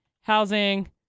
housing